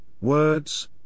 words